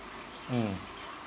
mm